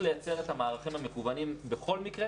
לייצר את המערכים המקוונים בכל מקרה.